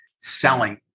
selling